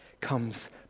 comes